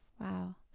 Wow